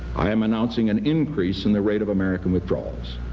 i am announcing an increase in the rate of american withdrawals.